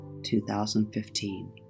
2015